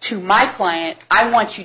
to my client i want you to